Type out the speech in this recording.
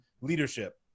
leadership